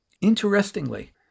Interestingly